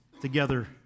together